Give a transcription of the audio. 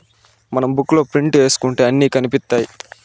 మనం బుక్ లో ప్రింట్ ఏసుకుంటే అన్ని కనిపిత్తాయి